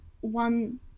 one